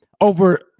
over